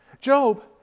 Job